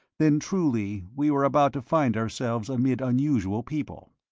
then truly we were about to find ourselves amid unusual people.